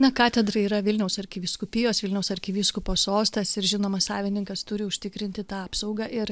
na katedra yra vilniaus arkivyskupijos vilniaus arkivyskupo sostas ir žinoma savininkas turi užtikrinti tą apsaugą ir